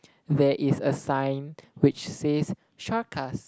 there is a sign which says shore cast